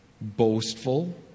boastful